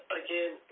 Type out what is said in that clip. again